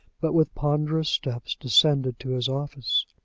but with ponderous steps descended to his office.